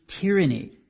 tyranny